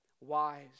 wise